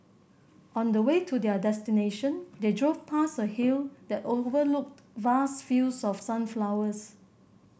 on the way to their destination they drove past a hill that overlooked vast fields of sunflowers